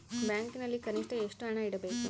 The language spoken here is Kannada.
ಬ್ಯಾಂಕಿನಲ್ಲಿ ಕನಿಷ್ಟ ಎಷ್ಟು ಹಣ ಇಡಬೇಕು?